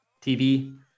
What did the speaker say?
TV